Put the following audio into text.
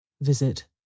Visit